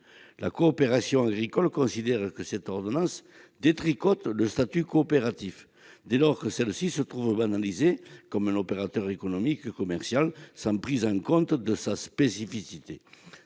La coopération agricole considère que cette ordonnance détricote le statut coopératif, dès lors que celle-ci se trouve banalisée comme un opérateur économique commercial, sans que l'on prenne en compte sa spécificité.